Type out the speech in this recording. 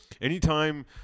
anytime